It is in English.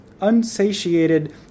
unsatiated